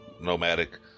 nomadic